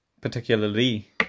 particularly